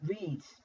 reads